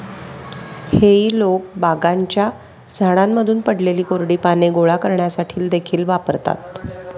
हेई लोक बागांच्या झाडांमधून पडलेली कोरडी पाने गोळा करण्यासाठी देखील वापरतात